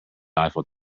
eiffel